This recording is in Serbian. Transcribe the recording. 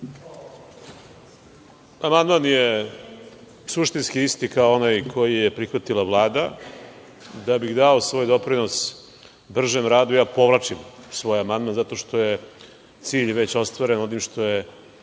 Amandman je suštinski isti kao onaj koji je prihvatila Vlada. Da bih dao svoj doprinos bržem radu, ja povlačim svoj amandman, zato što je cilj već ostvaren onim što je